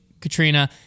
Katrina